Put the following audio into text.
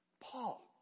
Paul